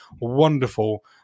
wonderful